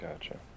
gotcha